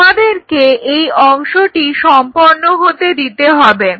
তোমাদেরকে এই অংশটি সম্পন্ন হতে দিতে হবে